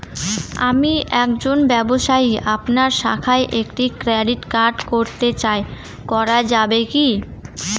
আমি একজন ব্যবসায়ী আপনার শাখায় একটি ক্রেডিট কার্ড করতে চাই করা যাবে কি?